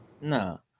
No